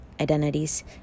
identities